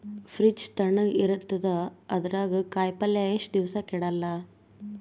Fridge ತಣಗ ಇರತದ, ಅದರಾಗ ಕಾಯಿಪಲ್ಯ ಎಷ್ಟ ದಿವ್ಸ ಕೆಡಲ್ಲ?